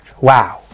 Wow